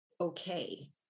okay